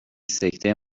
سکته